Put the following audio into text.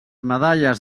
medalles